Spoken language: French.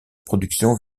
production